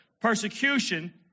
Persecution